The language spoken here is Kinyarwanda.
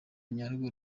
nyarwo